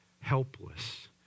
helpless